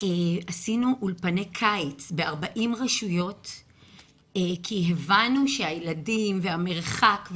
עשינו אולפני קיץ ב-40 רשויות כי הבנו שהילדים והמרחק,